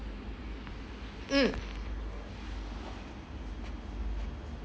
mm